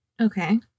Okay